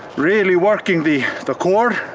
really working the the core.